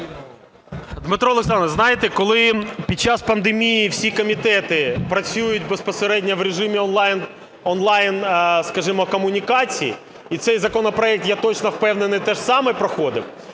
Дмитро Олександрович, знаєте, коли під час пандемії всі комітети працюють безпосередньо в режимі онлайн, скажімо, комунікацій, і цей законопроект, я точно впевнений, те ж саме проходив,